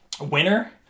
winner